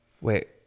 Wait